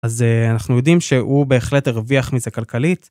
אז אנחנו יודעים שהוא בהחלט הרוויח מזה כלכלית.